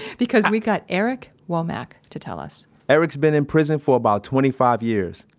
because we've got eric womak to tell us eric's been in prison for about twenty five years.